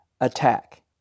attack